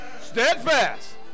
Steadfast